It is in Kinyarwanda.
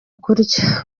kurya